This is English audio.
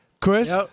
Chris